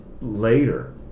later